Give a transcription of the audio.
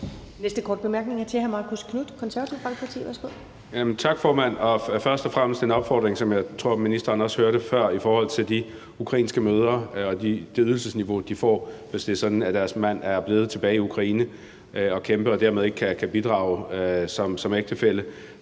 Folkeparti. Værsgo. Kl. 15:10 Marcus Knuth (KF): Tak, formand. Først og fremmest er der en opfordring, som jeg også tror ministeren hørte før i forhold til de ukrainske mødre og det ydelsesniveau, de får, hvis det er sådan, at deres mand er blevet tilbage i Ukraine og kæmpe og dermed ikke kan bidrage som ægtefælle.